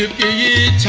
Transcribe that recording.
e